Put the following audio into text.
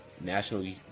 National